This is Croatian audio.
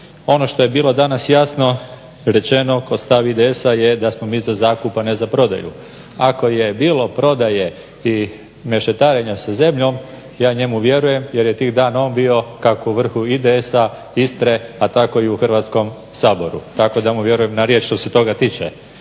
Ono što je bilo danas jasno rečeno kod stava IDS-a je da smo mi za zakup, a ne za prodaju. Ako je bilo prodaje i mešetarenja sa zemljom ja njemu vjerujem jer je tih dana on bio kako u vrhu IDS-a, Istre, a tako i u Hrvatskom saboru tako da mu vjerujem na riječ što se toga tiče.